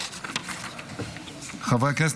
חברי הכנסת,